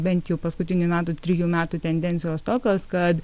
bent jau paskutinių metų trijų metų tendencijos tokios kad